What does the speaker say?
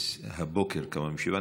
שהבוקר קמה משבעה.